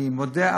אני מודה,